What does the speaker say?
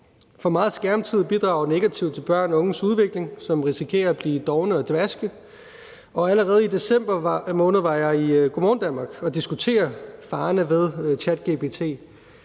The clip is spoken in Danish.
For meget skærmtid bidrager negativt til børns og unges udvikling, og de risikerer at blive dovne og dvaske. Allerede i december måned var jeg i Go' morgen Danmark for at diskutere farerne ved ChatGPT.